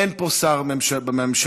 אין פה שר מהממשלה,